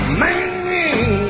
man